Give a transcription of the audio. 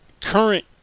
current